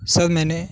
سر میں نے